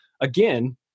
Again